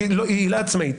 עילה עצמאית.